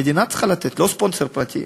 המדינה צריכה לתת, לא ספונסר פרטי.